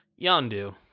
yondu